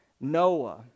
Noah